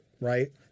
right